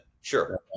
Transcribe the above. sure